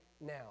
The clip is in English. now